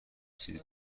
چیزی